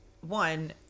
one